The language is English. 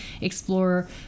explore